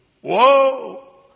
whoa